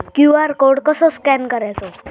QR code कसो scan करायचो?